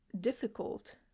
difficult